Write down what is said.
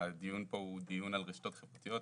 הדיון פה הוא דיון על רשתות חברתיות,